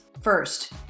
First